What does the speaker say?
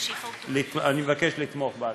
אני מבקש לתמוך בהצעה.